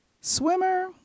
Swimmer